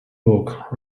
book